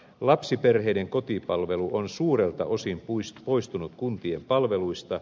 lapsiperheiden kotipalvelu on suurelta osin poistunut kuntien palveluista